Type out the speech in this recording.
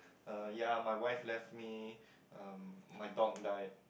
uh ya my wife left me um my dog die